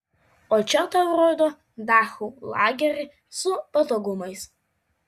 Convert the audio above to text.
o čia tau rodo dachau lagerį su patogumais